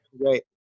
Great